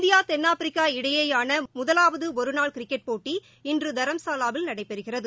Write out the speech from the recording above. India தென்னாப்பிரிக்க இடையேயானமுதலாவதுஒருகிரிக்கெட் போட்டி இன்றுதரம்சாவாவில் நடைபெறுகிறது